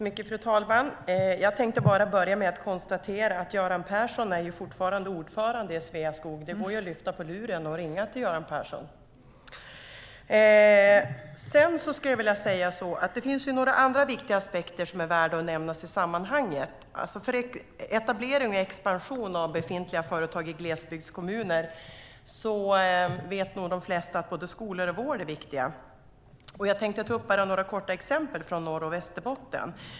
Fru talman! Jag tänkte börja med att konstatera att Göran Persson fortfarande är ordförande i Sveaskog. Det går ju att lyfta på luren och ringa till honom. Sedan vill jag säga att det finns några andra viktiga aspekter som är värda att nämnas i sammanhanget. För etablering och expansion av befintliga företag i glesbygdskommuner vet nog de flesta att både skolor och vård är viktigt. Jag tänkte ta upp några exempel från Norr och Västerbotten.